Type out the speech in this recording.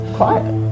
quiet